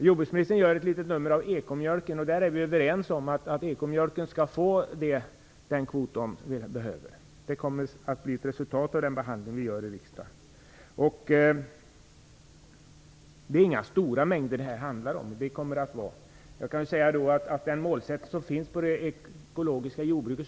Jordbruksministern gör ett litet nummer av ekomjölken, och vi är överens om att kvoten för ekomjölken skall bli så hög som behövs. Det kommer att bli resultatet av riksdagens behandling av frågan. Det handlar inte om några stora mängder. Grunden för denna är den målsättning som angivits för det ekologiska jordbruket.